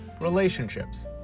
Relationships